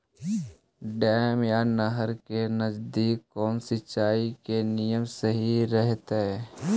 Dam या नहर के नजदीक कौन सिंचाई के नियम सही रहतैय?